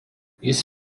jis